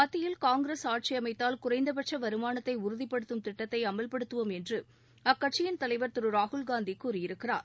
மத்தியில் காங்கிரஸ் ஆட்சி அமைத்தால் குறைந்தபட்ச வருமானத்தை உறுதிபடுத்தும் திட்டத்தை அமல்படுத்துவோம் என்று அக்கட்சியின் தலைவர் திரு ராகுல் காந்தி கூறியிருக்கிறார்